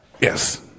yes